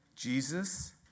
Jesus